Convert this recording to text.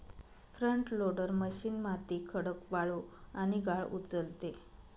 front loader machine माती, खडक, वाळू आणि गाळ उचलते